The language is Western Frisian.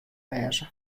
wêze